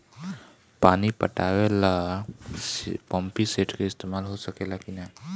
पानी पटावे ल पामपी सेट के ईसतमाल हो सकेला कि ना?